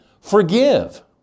forgive